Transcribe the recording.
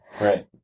right